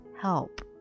help